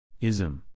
Ism